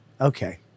okay